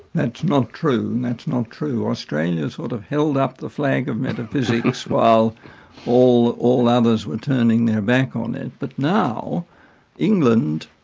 that's not true, that's not true. australia sort of held up the flag of metaphysics while all all others were turning their back on it. but now england,